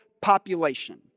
population